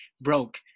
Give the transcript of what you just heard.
broke